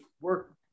work